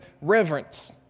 reverence